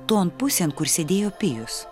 ton pusėn kur sėdėjo pijus